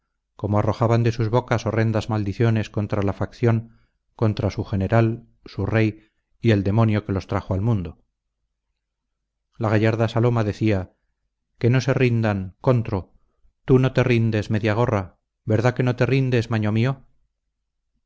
como arrojaban de sus bocas horrendas maldiciones contra la facción contra su general su rey y el demonio que los trajo al mundo la gallarda saloma decía que no se rindan contro tú no te rindes mediagorra verdad que no te rindes maño mío